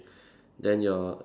then your